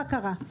מה קרה.